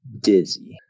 dizzy